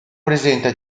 presenta